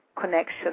connection